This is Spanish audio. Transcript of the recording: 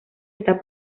está